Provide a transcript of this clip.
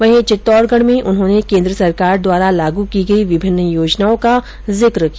वहीं चित्तौडगढ में उन्होंने केन्द्र सरकार द्वारा लागू की गई विभिन्न योजनाओं का जिक किया